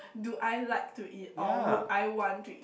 do I like to eat or would I want to eat